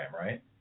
right